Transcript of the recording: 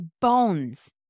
bones